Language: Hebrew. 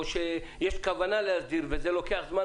או שיש כוונה להסדיר וזה לוקח זמן,